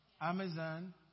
Amazon